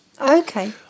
Okay